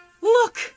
Look